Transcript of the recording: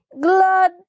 Glad